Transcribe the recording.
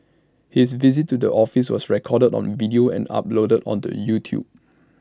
his visit to the office was recorded on video and uploaded onto YouTube